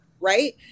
right